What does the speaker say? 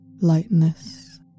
lightness